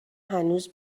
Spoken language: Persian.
هنوز